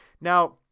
Now